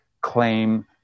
claim